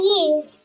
use